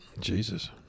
Jesus